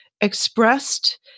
expressed